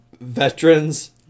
veterans